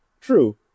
True